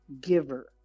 giver